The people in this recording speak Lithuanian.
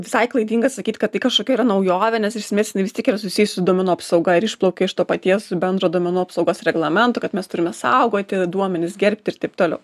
visai klaidinga sakyt kad tai kažkokia yra naujovė nes iš esmės jinai vis tiek yra susijus su duomenų apsauga ir išplaukia iš to paties bendro duomenų apsaugos reglamento kad mes turime saugoti duomenis gerbti ir taip toliau